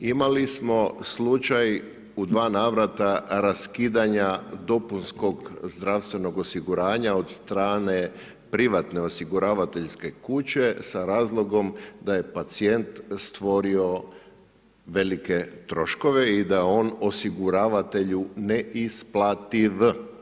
Imali smo slučaj u dva navrata raskidanja dopunskog zdravstvenog osiguranja od strane privatne osiguravateljske kuće sa razlogom da je pacijent stvorio velike troškove i da je on osiguravatelju ne isplativ.